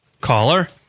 Caller